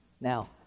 Now